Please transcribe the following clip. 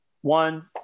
one